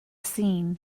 scene